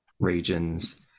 regions